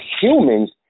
humans